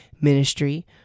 ministry